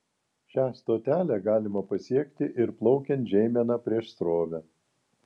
šią stotelę galima pasiekti ir plaukiant žeimena prieš srovę